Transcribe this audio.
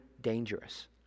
dangerous